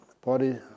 body